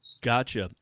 Gotcha